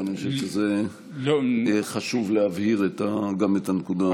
אבל אני חושב שחשוב להבהיר גם את הנקודה הזאת.